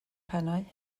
pennau